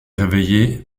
réveillée